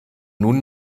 nun